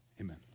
Amen